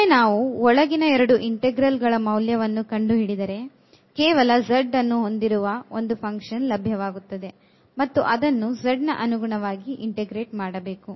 ಒಮ್ಮೆ ನಾವು ಒಳಗಿನ 2 ಇಂಟೆಗ್ರಲ್ ಗಳ ಮೌಲ್ಯವನ್ನು ಕಂಡುಹಿಡಿದರೆ ಕೇವಲ z ಅನ್ನು ಹೊಂದಿರುವ ಒಂದು ಫಂಕ್ಷನ್ ಲಭ್ಯವಾಗುತ್ತದೆ ಮತ್ತು ಅದನ್ನು z ನ ಅನುಗುಣವಾಗಿ integrate ಮಾಡಬೇಕು